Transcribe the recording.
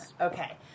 okay